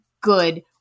good